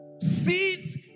Seeds